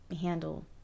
handle